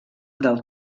del